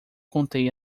contei